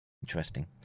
Interesting